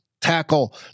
tackle